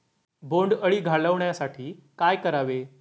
बोंडअळी घालवण्यासाठी काय करावे?